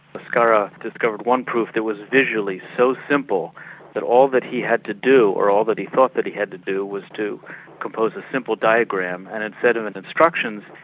bhaskara discovered one proof that was visually so simple that all that he had to do, or all that he thought that he had to do, was to compose a simple diagram and instead of and instructions,